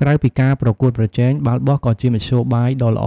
ក្រៅពីការប្រកួតប្រជែង បាល់បោះក៏ជាមធ្យោបាយដ៏ល្អ